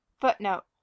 Footnote